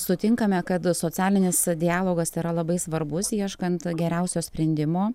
sutinkame kad socialinis dialogas yra labai svarbus ieškant geriausio sprendimo